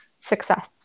success